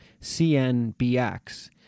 CNBX